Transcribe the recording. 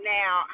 now